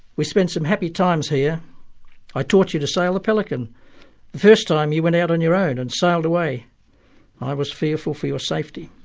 we spent some happy times here i taught you to sail a pelican. the first time you went out on your own and sailed away i was fearful for your safety,